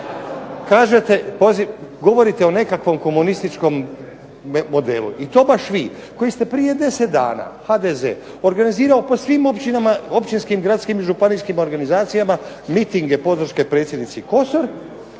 Govorite o nekakvom komunističkom modelu i baš vi koji ste prije 10 dana, HDZ organizirao po svim općinama, općinskim, gradskim i županijskim organizacijama mitinge podrške predsjednici Kosor